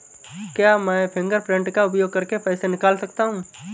क्या मैं फ़िंगरप्रिंट का उपयोग करके पैसे निकाल सकता हूँ?